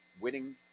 winning